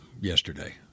yesterday